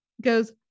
goes